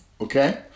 okay